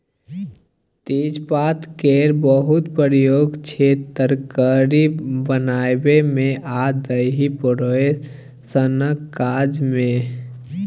तेजपात केर बहुत प्रयोग छै तरकारी बनाबै मे आ दही पोरय सनक काज मे